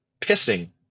pissing